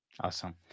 Awesome